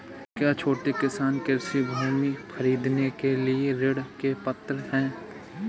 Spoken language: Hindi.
क्या छोटे किसान कृषि भूमि खरीदने के लिए ऋण के पात्र हैं?